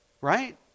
right